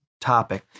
topic